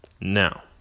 Now